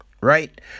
right